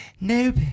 Nope